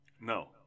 No